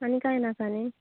आनी कांय नाका न्ही